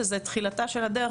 שזאת תחילתה של הדרך,